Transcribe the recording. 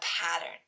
pattern